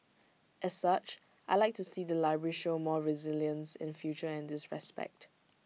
as such I Like to see the library show more resilience in future in this respect